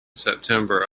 september